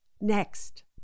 Next